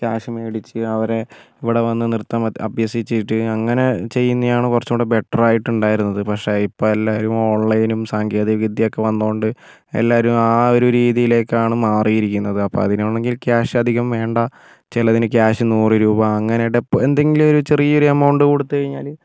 cash മേടിച്ച് അവരെ ഇവിടെ വന്ന് നൃത്തം അഭ്യസിച്ചിട്ട് അങ്ങനെ ചെയ്യുന്നതാണ് കുറച്ചുകൂടെ ബെറ്റർ ആയിട്ട് ഉണ്ടായിരുന്നത് പക്ഷേ ഇപ്പം എല്ലാവരും ഓൺലൈനും സാങ്കേതികവിദ്യ ഒക്കെ വന്നതുകൊണ്ട് എല്ലാവരും ആ ഒരു രീതിയിലേക്കാണ് മാറിയിരിക്കുന്നത് അപ്പോൾ അതിന് ആണെങ്കിൽ ക്യാഷ് അധികം വേണ്ട ചിലതിന് ക്യാഷ് നൂറ് രൂപ അങ്ങനെ ഡെപ്പ് എന്തെങ്കിലും ഒരു ചെറിയൊരു എമൗണ്ട് കൊടുത്ത് കഴിഞ്ഞാൽ